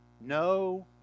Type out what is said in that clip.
No